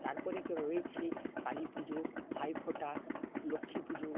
তার পরে তো রয়েছেই কালী পুজো ভাইফোঁটা লক্ষ্মী পুজো